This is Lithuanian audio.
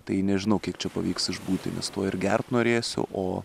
tai nežinau kiek čia pavyks išbūti nes tuoj ir gert norėsiu o